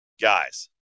guys